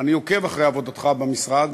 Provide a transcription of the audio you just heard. אני עוקב אחרי עבודתך במשרד,